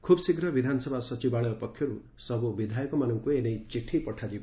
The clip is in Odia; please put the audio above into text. ଖୁବ୍ ଶୀଘ୍ର ବିଧାନସଭା ସଚିବାଳୟ ପକ୍ଷରୁ ସବୁ ବିଧାୟକମାନଙ୍କୁ ଏ ନେଇ ଚିଠି ପଠାଯିବ